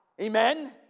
Amen